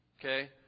Okay